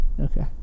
Okay